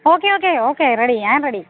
okay okay okay ready ഞാൻ ready